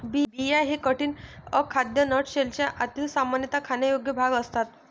बिया हे कठीण, अखाद्य नट शेलचे आतील, सामान्यतः खाण्यायोग्य भाग असतात